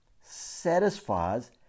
satisfies